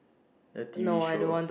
the T_V show